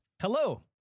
Hello